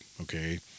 okay